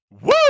Woo